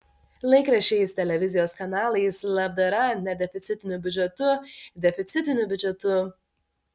laikraščiais televizijos kanalais labdara nedeficitiniu biudžetu deficitiniu biudžetu